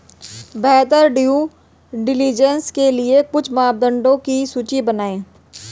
बेहतर due diligence के लिए कुछ मापदंडों की सूची बनाएं?